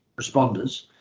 responders